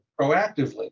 proactively